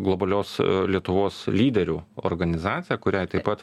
globalios lietuvos lyderių organizacija kuriai taip pat